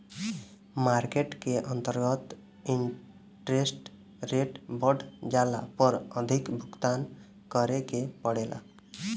market के अंतर्गत interest rate बढ़ जाला पर अधिक भुगतान करे के पड़ेला